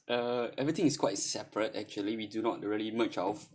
uh everything is quite separate actually we do not really merge our